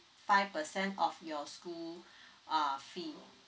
five percent of your school uh fee